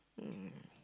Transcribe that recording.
hmm